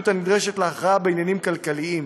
הנדרשות להכרעה בעניינים כלכליים.